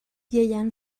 ieuan